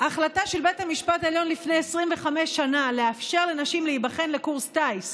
החלטה של בית המשפט העליון לפני 25 שנה לאפשר לנשים להיבחן לקורס טיס,